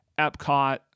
Epcot